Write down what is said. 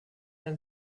ein